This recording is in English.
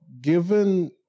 given